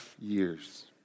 years